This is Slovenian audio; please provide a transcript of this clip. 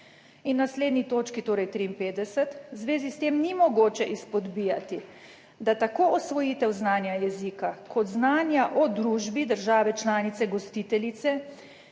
in naslednji točki, torej 53., v zvezi s tem ni mogoče izpodbijati, da tako osvojitev znanja jezika kot znanja o družbi države članice gostiteljice,